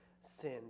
sin